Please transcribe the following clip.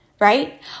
Right